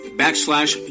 backslash